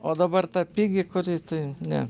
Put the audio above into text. o dabar ta pigi kuri tai ne